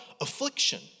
affliction